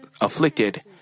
afflicted